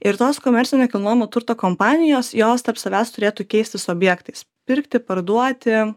ir tos komercinio nekilnojamo turto kompanijos jos tarp savęs turėtų keistis objektais pirkti parduoti